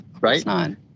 right